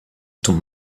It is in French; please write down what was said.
tombe